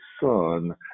son